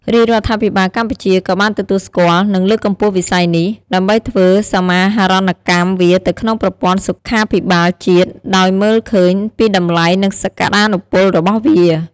រាជរដ្ឋាភិបាលកម្ពុជា ក៏បានទទួលស្គាល់ និងលើកកម្ពស់វិស័យនេះ ដើម្បីធ្វើសមាហរណកម្មវាទៅក្នុងប្រព័ន្ធសុខាភិបាលជាតិ ដោយមើលឃើញពីតម្លៃ និងសក្ដានុពលរបស់វា។